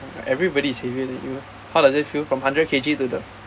everybody is heavier than you how does it feel from hundred kg to the